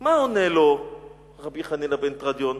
מה עונה לו רבי חנינא בן תרדיון?